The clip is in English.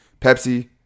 Pepsi